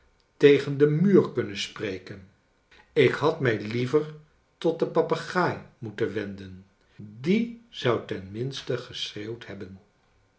tegen den muur kunnen spreken ik had mij liever tot den papegaai moeten wenden die zou tenminste geschreeuwd hebben